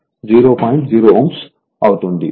05 Ω అవుతుంది